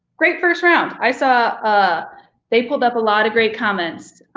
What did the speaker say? great first round. i saw ah they pulled up a lot of great comments.